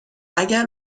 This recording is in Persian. اگر